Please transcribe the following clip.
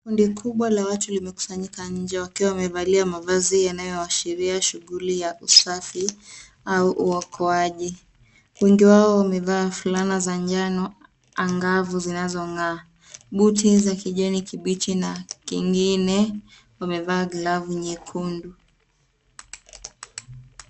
Kundi kubwa la watu limekusanyika nje wakiwa wamevalia mavazi yanayoashiria shughuli ya usafi au uokoaji. Wengi wao wamevaa fulana za njano ang'avu zinazong'aa, buti za kijani kibichi na wengine wamevaa glavu nyekundu.